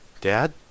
Dad